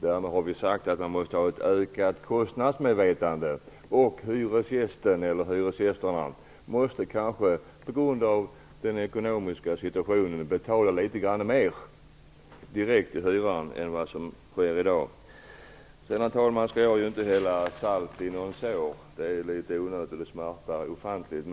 Däremot har vi sagt att man måste ha ett ökat kostnadsmedvetande. Hyresgästerna måste kanske på grund av den ekonomiska situationen betala litet mer direkt av hyran än vad om sker i dag. Herr talman! Jag skall inte hälla salt i några sår. Det är litet onödigt, och det smärtar ofantligt.